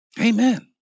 Amen